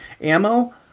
ammo